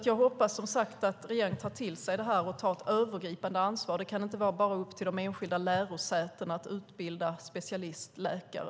Jag hoppas att regeringen tar till sig detta och tar ett övergripande ansvar. Det kan inte bara vara upp till de enskilda lärosätena att utbilda specialistläkare.